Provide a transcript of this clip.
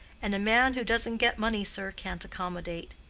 and a man who doesn't get money, sir, can't accommodate.